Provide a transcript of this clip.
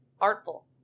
artful